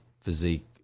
physique